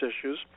issues